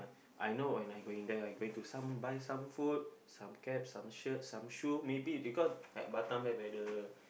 I know and I going there I going to some buy some food some cap some shirt some shoe maybe because like Batam there whether